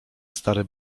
stary